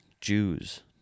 Jews